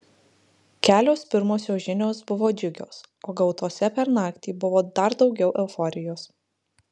kelios pirmosios žinios buvo džiugios o gautose per naktį buvo dar daugiau euforijos